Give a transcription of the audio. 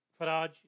Faraj